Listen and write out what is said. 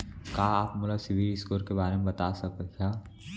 का आप हा मोला सिविल स्कोर के बारे मा बता सकिहा?